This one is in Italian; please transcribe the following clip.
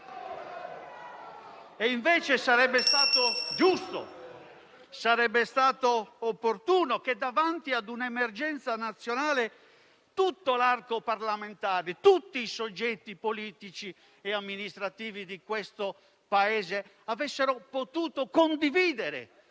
*(M5S)*. Sarebbe stato giusto e opportuno, invece, che, davanti a un'emergenza nazionale, tutto l'arco parlamentare e tutti i soggetti politici e amministrativi di questo Paese avessero potuto condividere